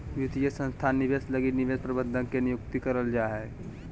वित्तीय संस्थान निवेश लगी निवेश प्रबंधक के नियुक्ति करल जा हय